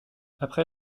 après